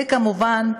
וכמובן,